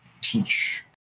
teach